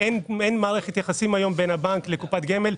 אין מערכת יחסים בין הבנק לבין קופת גמל,